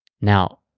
now